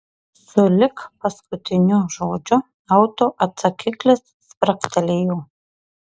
sulig paskutiniu žodžiu autoatsakiklis spragtelėjo